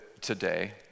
today